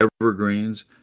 evergreens